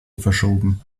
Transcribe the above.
verschoben